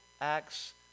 acts